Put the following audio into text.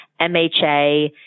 MHA